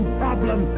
problem